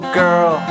girl